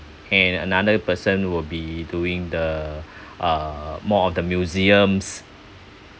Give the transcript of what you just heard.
and another person will be doing the uh more of the museums